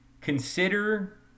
consider